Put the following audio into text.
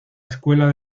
escuela